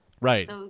Right